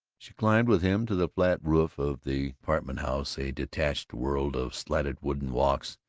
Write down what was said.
she climbed with him to the flat roof of the apartment-house a detached world of slatted wooden walks,